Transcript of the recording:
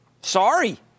Sorry